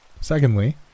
Secondly